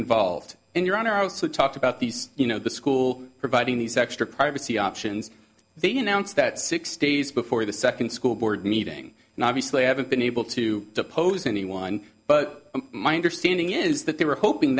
involved and your honor i was so talked about these you know the school providing these extra privacy options they announce that six days before the second school board meeting and obviously haven't been able to depose anyone but my understanding is that they were hoping